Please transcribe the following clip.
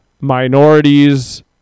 minorities